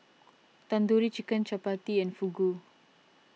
Tandoori Chicken Chapati and Fugu